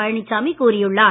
பழனிச்சாமி கூறியுள்ளார்